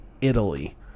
Italy